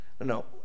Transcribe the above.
no